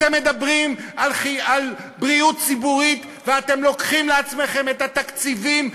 אתם מדברים על בריאות ציבורית ואתם לוקחים לעצמכם את התקציבים,